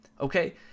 okay